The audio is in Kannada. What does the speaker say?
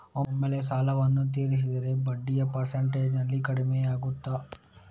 ಒಮ್ಮೆಲೇ ಸಾಲವನ್ನು ತೀರಿಸಿದರೆ ಬಡ್ಡಿಯ ಪರ್ಸೆಂಟೇಜ್ನಲ್ಲಿ ಕಡಿಮೆಯಾಗುತ್ತಾ?